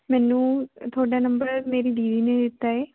ਮੈਨੂੰ ਤੁਹਾਡਾ ਨੰਬਰ ਮੇਰੀ ਦੀਦੀ ਨੇ ਦਿੱਤਾ ਹੈ